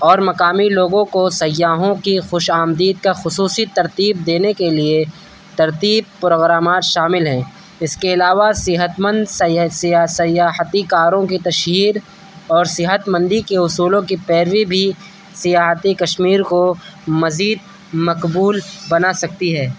اور مقامی لوگوں کو سیاحوں کی خوش آمدید کا خصوصی ترتیب دینے کے لیے ترتیب پروگرامات شامل ہیں اس کے علاوہ صحتمند سیاحتی کاروں کی تشہیر اور صحتمندی کی اصولوں کی پیروی بھی سیاحتی کشمیر کو مزید مقبول بنا سکتی ہے